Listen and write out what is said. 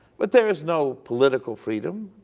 but there is no political freedom,